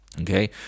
Okay